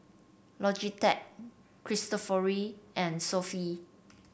Logitech Cristofori and Sofy